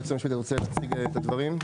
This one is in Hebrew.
היועץ המשפטי, אתה רוצה להציג את הדברים?